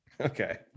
okay